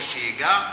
או שייגע,